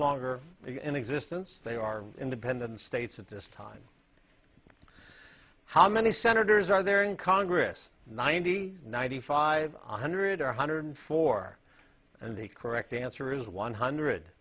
longer in existence they are independent states at this time how many senators are there in congress ninety ninety five one hundred one hundred four and the correct answer is one hundred